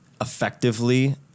Effectively